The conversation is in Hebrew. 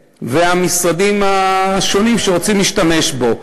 והמשרדים השונים שרוצים להשתמש בו,